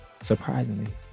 Surprisingly